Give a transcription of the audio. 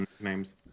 names